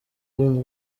w’u